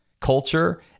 culture